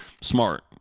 Smart